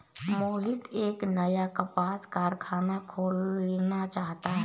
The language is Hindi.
मोहित एक नया कपास कारख़ाना खोलना चाहता है